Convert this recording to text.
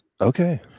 Okay